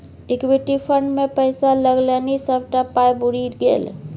equity fund मे पैसा लगेलनि सभटा पाय बुरि गेल